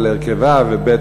על הרכבה, וב.